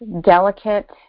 delicate